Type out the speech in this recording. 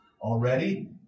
Already